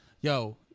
Yo